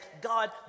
God